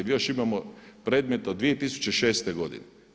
Još imamo predmete od 2006. godine.